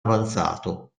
avanzato